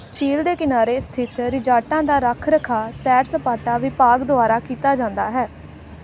ਝੀਲ ਦੇ ਕਿਨਾਰੇ ਸਥਿਤ ਰਿਜ਼ਾਰਟਾਂ ਦਾ ਰੱਖ ਰਖਾਅ ਸੈਰ ਸਪਾਟਾ ਵਿਭਾਗ ਦੁਆਰਾ ਕੀਤਾ ਜਾਂਦਾ ਹੈ